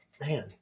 man